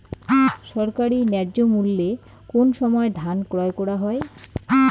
সরকারি ন্যায্য মূল্যে কোন সময় ধান ক্রয় করা হয়?